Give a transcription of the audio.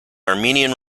armenian